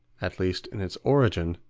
at least in its origin,